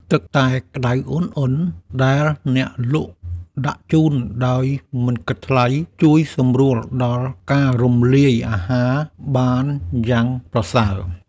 ទឹកតែក្ដៅឧណ្ហៗដែលអ្នកលក់ដាក់ជូនដោយមិនគិតថ្លៃជួយសម្រួលដល់ការរំលាយអាហារបានយ៉ាងប្រសើរ។